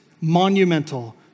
monumental